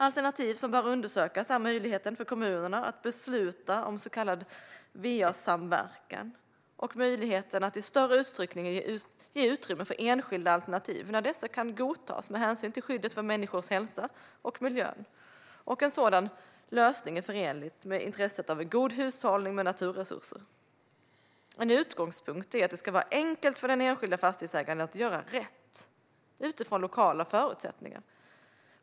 Alternativ som bör undersökas är möjligheten för kommunerna att besluta om så kallad va-samverkan och möjligheten att i större utsträckning ge utrymme för enskilda alternativ när dessa kan godtas med hänsyn till skyddet för människors hälsa och miljön och om en sådan lösning är förenlig med intresset av en god hushållning med naturresurser. En utgångspunkt är att det ska vara enkelt för den enskilda fastighetsägaren att göra rätt utifrån lokala förutsättningar.